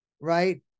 right